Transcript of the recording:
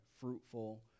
fruitful